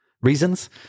reasons